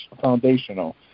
foundational